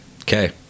Okay